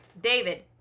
David